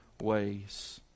ways